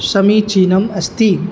समीचीनम् अस्ति